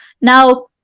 Now